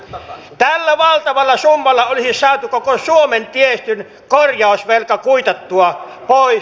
tällä valtavalla summalla olisi saatu koko suomen tiestön korjausvelka kuitattua pois